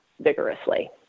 vigorously